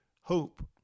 hope